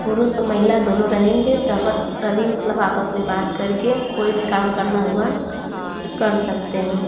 पुरुष महिला दोनों रहेंगे तब तभी मतलब आपस में बात कर के कोई भी काम करना हुआ तो कर सकते हैं